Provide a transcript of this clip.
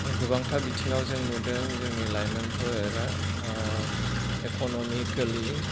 गोबांथा बिथिङाव जों नुदों जोंनि लाइमोनफोरा इकनमिकेलि